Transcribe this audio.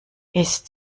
ist